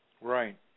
Right